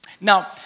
Now